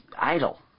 idle